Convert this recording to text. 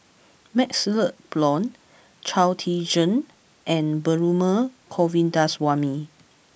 Maxle Blond Chao Tzee Cheng and Perumal Govindaswamy